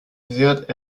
wird